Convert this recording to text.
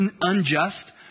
unjust